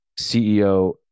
CEO